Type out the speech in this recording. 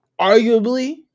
arguably